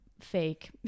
fake